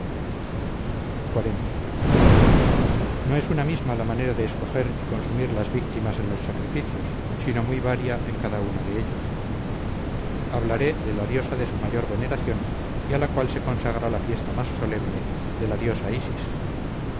xl no es una misma la manera de escoger y consumir las víctimas en los sacrificios sino muy varia en cada una de ellos hablaré del de la diosa de su mayor veneración y a la cual se consagra la fiesta más solemne de la diosa isis